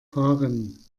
fahren